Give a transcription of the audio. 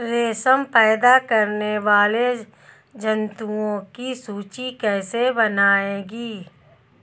रेशम पैदा करने वाले जंतुओं की सूची कैसे बनेगी?